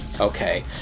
Okay